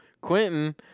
Quentin